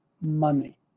money